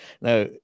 Now